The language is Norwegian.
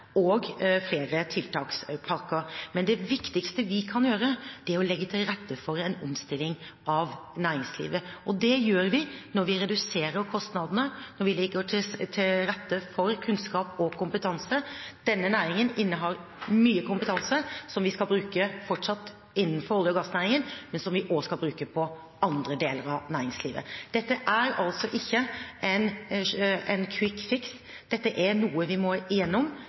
og flere tiltakspakker. Men det viktigste vi kan gjøre, er å legge til rette for en omstilling av næringslivet, og det gjør vi når vi reduserer kostnadene, når vi legger til rette for kunnskap og kompetanse. Denne næringen innehar mye kompetanse, som vi skal bruke – fortsatt – innenfor olje- og gassnæringen, men som vi også skal bruke på andre deler av næringslivet. Dette er altså ikke en «quick fix», dette er noe vi må igjennom.